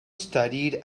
studied